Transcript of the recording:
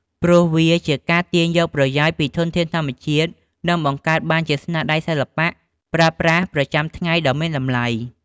ព្រោះវាជាការទាញយកប្រយោជន៍ពីធនធានធម្មជាតិ និងបង្កើតបានជាស្នាដៃសិល្បៈប្រើប្រាស់ប្រចាំថ្ងៃដ៏មានតម្លៃ។